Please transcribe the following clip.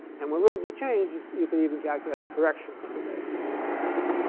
and when little g changes you can even calculate corrections to this as,